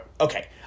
Okay